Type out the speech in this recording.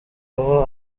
aho